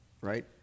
right